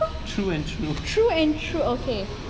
through and through okay